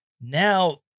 Now